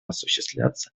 осуществляться